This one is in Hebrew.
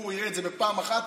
הוא יראה את זה בפעם אחת,